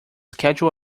schedule